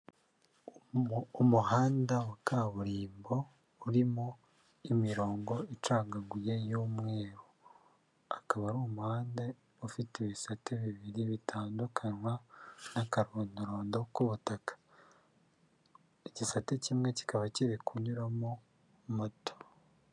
Umuhanda wa kaburimbo urimo imirongo icagaguye y'umweru, akaba ari umuhanda ufite ibisate bibiri bitandukanywa n'akarondorondo k'ubutaka, igisate kimwe kikaba kiri kunyuramo moto.